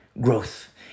Growth